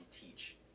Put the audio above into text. teach